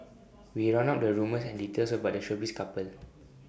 we round up the rumours and details about the showbiz couple